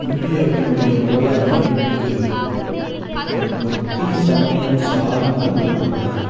இந்தியாவினுடைய வரலாறு என்பது ஒரு பக்தி சமயம் சார்ந்த ஒரு வரலாறு